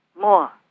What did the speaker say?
more